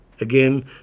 again